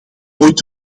ooit